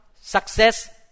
success